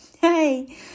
Hey